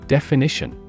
Definition